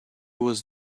was